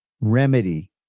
remedy